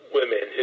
women